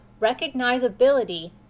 recognizability